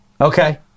Okay